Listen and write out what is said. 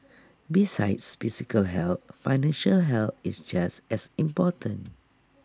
besides physical health financial health is just as important